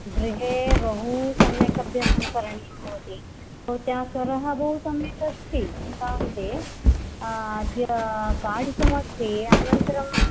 गृहे बहु सम्यक् अभ्यासं करणीयं भवति भवत्याः स्वरः बहु सम्यक् अस्ति चिन्ता नास्ति अद्य पाठितमस्ति अनन्तरम्